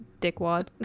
dickwad